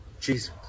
Jesus